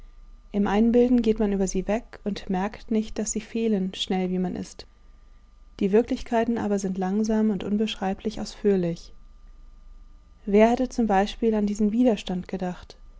im einbilden geht man über sie weg und merkt nicht daß sie fehlen schnell wie man ist die wirklichkeiten aber sind langsam und unbeschreiblich ausführlich wer hätte zum beispiel an diesen widerstand gedacht